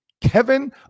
Kevin